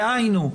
דהיינו,